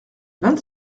vingt